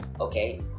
okay